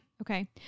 okay